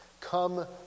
Come